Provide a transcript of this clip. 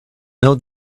know